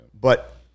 but-